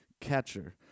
catcher